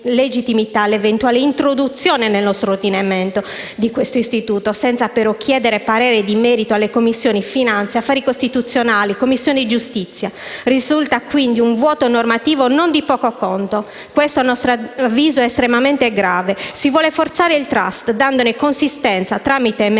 all'eventuale introduzione nel nostro ordinamento di questo istituto, senza però chiedere parere di merito alle Commissioni finanze e affari costituzionali, oltre alla Commissione giustizia. Risulta quindi un vuoto normativo non di poco conto. Questo - a nostro avviso - è estremamente grave; si vuole forzare il *trust*, dandone consistenza tramite un